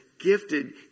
gifted